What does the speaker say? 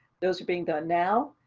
those are being done now.